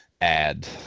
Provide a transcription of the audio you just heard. add